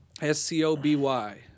S-C-O-B-Y